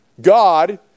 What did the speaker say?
God